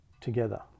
together